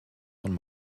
von